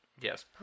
Yes